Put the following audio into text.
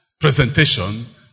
presentation